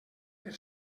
per